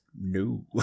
No